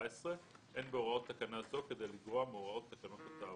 אין בהוראות תקנה זו כדי לגרוע מהוראות תקנות התעבורה.